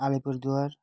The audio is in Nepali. अलिपुरद्वार